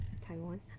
taiwan